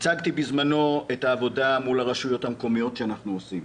הצגתי בזמנו את העבודה מול הרשויות המקומיות שאנחנו עושים.